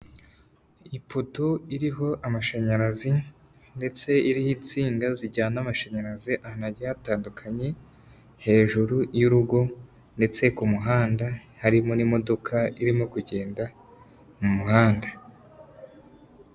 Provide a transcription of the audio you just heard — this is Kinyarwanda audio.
Ipoto iriho amashanyarazi ndetse iriho itsinda zijyana amashanyarazi hanajya hatandukanye, hejuru y'urugo ndetse ku muhanda, harimo n'imodoka irimo kugenda mu muhanda.